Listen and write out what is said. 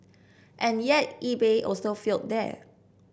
and yet eBay also failed there